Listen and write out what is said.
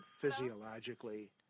physiologically